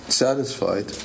satisfied